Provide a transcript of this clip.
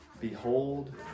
behold